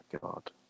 god